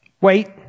wait